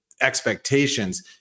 expectations